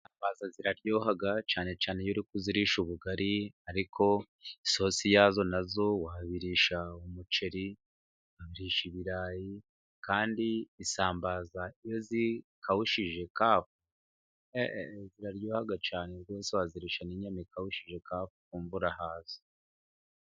Isambaza ziraryoha cyane cyane iyo uri kuzirisha ubugari, ariko isosi yazo nayo wayirisha umuce, wayirisha ibirayi. Kandi isambaza iyo zikawushije kavu ziraryoha cyane rwose wazirisha n'inyama ikawushije kavu ukumva urahaze.